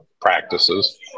practices